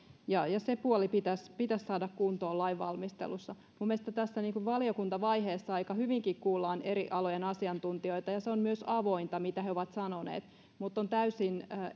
se puoli pitäisi pitäisi saada kuntoon lainvalmistelussa minun mielestäni tässä valiokuntavaiheessa aika hyvinkin kuullaan eri alojen asiantuntijoita ja se on myös avointa mitä he ovat sanoneet mutta on täysin